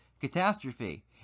catastrophe